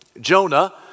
Jonah